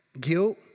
guilt